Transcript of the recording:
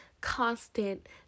constant